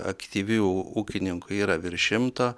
aktyvių ūkininkų yra virš šimto